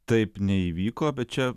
taip neįvyko bet čia